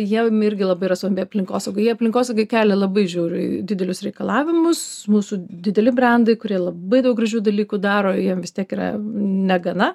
jiem irgi labai yra svarbi aplinkosauga jie aplinkosaugai kelia labai žiauriai didelius reikalavimus mūsų dideli brendai kurie labai daug gražių dalykų daro jiem vis tiek yra negana